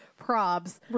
Probs